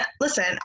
listen